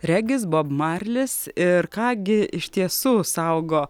regis bob marlis ir ką gi iš tiesų saugo